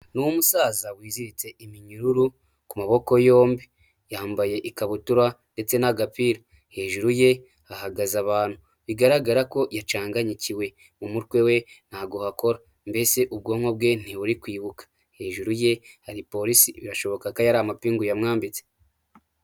Ni umusaza wiziritse iminyururu ku maboko yombi, yambaye ikabutura ndetse n'agapira, hejuru ye hahagaze abantu bigaragara ko yacanganyukiwe, mu mutwe we ntago hakora mbese ubwonko bwe ntiburi kwibuka, hejuru ye hari polisi birashoboka ko aya ari amapingu yamwambitse.